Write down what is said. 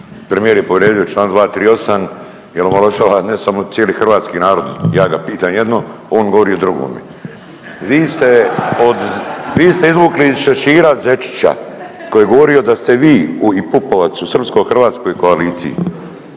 Premijer je povrijedio čl. 238 jer omalovažava ne samo cijeli hrvatski narod, ja ga pitan nego, on govori o drugome. Vi ste od, vi ste izvukli iz šešira zečića koji je govorio da ste vi i Pupovac u srpsko-hrvatskoj koaliciji.